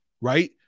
right